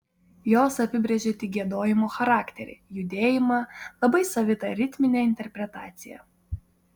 jos apibrėžė tik giedojimo charakterį judėjimą labai savitą ritminę interpretaciją